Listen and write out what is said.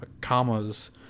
commas